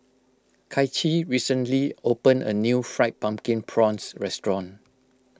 Kaichi recently opened a new Fried Pumpkin Prawns restaurant